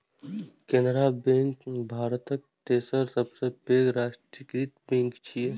Canara bank भारतक तेसर सबसं पैघ राष्ट्रीयकृत बैंक छियै